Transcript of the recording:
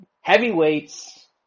Heavyweights